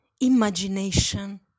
imagination